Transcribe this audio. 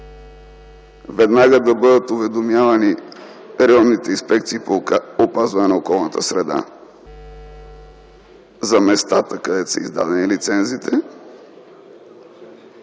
веднага да бъдат уведомявани районните инспекции по опазване на околната среда и водите за местата, където са издадени лицензите